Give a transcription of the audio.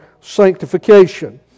sanctification